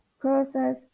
process